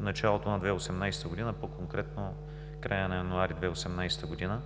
началото на 2018 г., по-конкретно края на месец януари 2018 г.